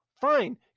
fine